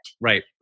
Right